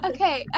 Okay